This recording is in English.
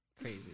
Crazy